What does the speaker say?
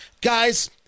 Guys